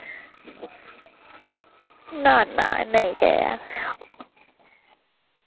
ना ना नेईं होआ